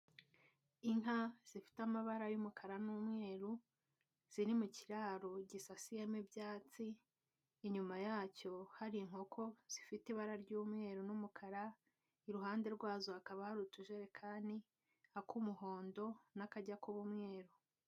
Inka zifite amabara y'umukara n'umweru, ziri mu kiraro gisasiyemo ibyatsi, inyuma yacyo hari inkoko zifite ibara ry'umweru n'umukara, iruhande rwazo hakaba hari utujerekani, ak'umuhondo n'akajya kuba umweru.